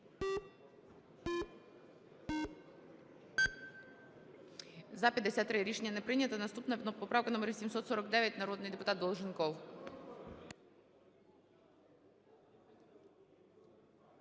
За-53 Рішення не прийнято. Наступна поправка - 849, народний депутат Долженков.